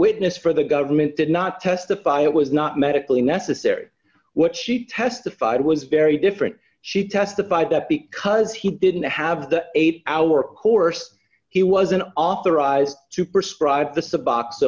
witness for the government did not testify it was not medically necessary what she testified was very different she testified that because he didn't have the eight hour course he was an authorized to prescribe the subox